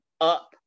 up